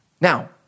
Now